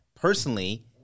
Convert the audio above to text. personally